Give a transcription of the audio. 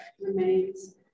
remains